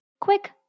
Quick